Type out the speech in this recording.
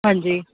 ਹਾਂਜੀ